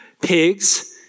pigs